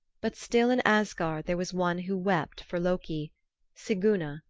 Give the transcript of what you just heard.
but still in asgard there was one who wept for loki siguna,